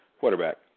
quarterback